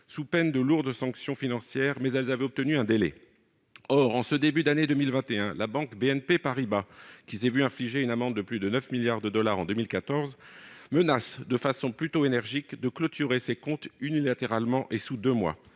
encourent de lourdes sanctions financières, mais elles avaient obtenu un délai. Or en ce début d'année 2021, la banque BNP Paribas, qui s'est vu infliger une amende de plus de 9 milliards de dollars en 2014, menace de façon plutôt énergique de clôturer ces comptes unilatéralement et sous deux mois,